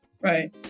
Right